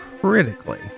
critically